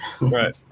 Right